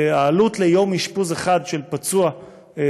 של יום אשפוז אחד של פצוע סורי,